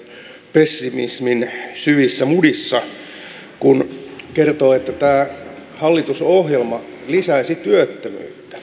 pessimismin syvissä mudissa kun kertoo että tämä hallitusohjelma lisäisi työttömyyttä